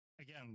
again